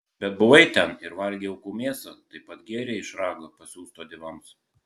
bet buvai ten ir valgei aukų mėsą taip pat gėrei iš rago pasiųsto dievams